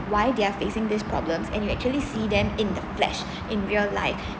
why they are facing these problems and you actually see them in the flesh in real life